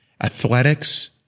athletics